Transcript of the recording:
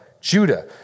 Judah